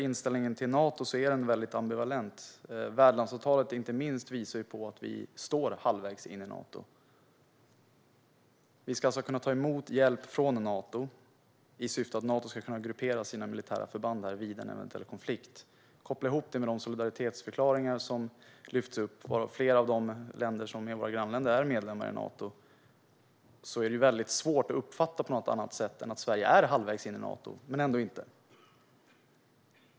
Inställningen till Nato är ambivalent. Inte minst värdlandsavtalet visar på att Sverige står halvvägs in i Nato. Sverige ska alltså kunna ta emot hjälp från Nato i syfte att Nato ska gruppera sina militära förband här vid en eventuell konflikt. Att koppla ihop detta med de solidaritetsförklaringar som lyfts upp, varav flera av våra grannländer är medlemmar i Nato, gör det svårt att uppfatta det på något annat sätt än att Sverige är halvvägs in i Nato - men ändå inte.